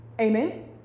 Amen